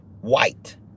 white